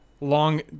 long